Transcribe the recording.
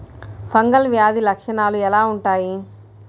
Fungal వ్యాధి లక్షనాలు ఎలా వుంటాయి?